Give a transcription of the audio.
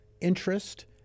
interest